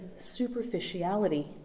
superficiality